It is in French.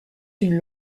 une